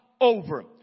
over